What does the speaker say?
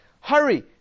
hurry